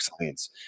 science